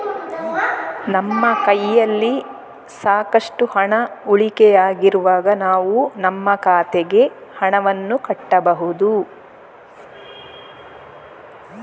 ನನ್ನ ಖಾತೆಗೆ ಹಣ ಯಾವಾಗ ಕಟ್ಟಬೇಕು?